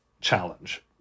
challenge